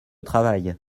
travail